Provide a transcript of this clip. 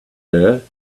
her